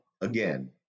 again